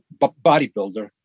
bodybuilder